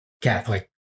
Catholic